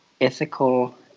ethical